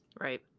Right